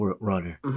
runner